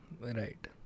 Right